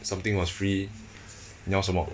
something was free 你要什么